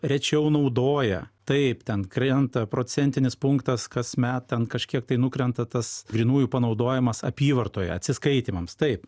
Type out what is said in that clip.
rečiau naudoja taip ten krenta procentinis punktas kas met ten kažkiek tai nukrenta tas grynųjų panaudojimas apyvartoje atsiskaitymams taip